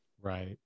Right